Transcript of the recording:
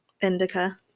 Indica